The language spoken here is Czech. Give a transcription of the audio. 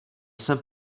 jsem